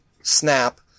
snap